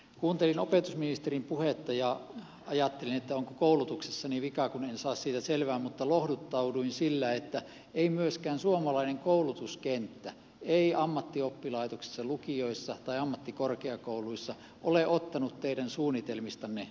kuuntelin opetusministerin puhetta ja ajattelin että onko koulutuksessani vikaa kun en saa siitä selvää mutta lohduttauduin sillä että ei myöskään suomalainen koulutuskenttä ammattioppilaitoksissa lukioissa eikä ammattikorkeakouluissa ole ottanut teidän suunnitelmistanne selkoa